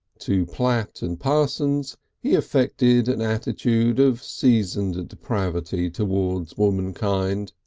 to platt and parsons he affected an attitude of seasoned depravity towards womankind.